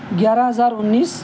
گیارہ ہزار انیس